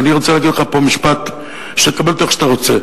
ואני רוצה להגיד לך פה משפט שתקבל אותו איך שאתה רוצה,